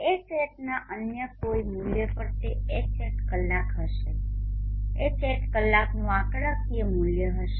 Hatના અન્ય કોઇ મૂલ્ય પરતે Hat કલાક હશે Hatકલાકનુ આંકડાકીય મૂલ્ય હશે